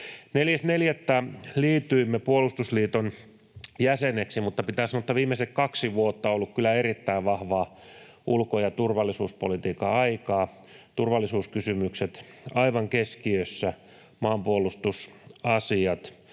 4.4. liityimme puolustusliiton jäseneksi, mutta pitää sanoa, että viimeiset kaksi vuotta on ollut kyllä erittäin vahvaa ulko- ja turvallisuuspolitiikan aikaa: turvallisuuskysymykset aivan keskiössä, maanpuolustusasiat,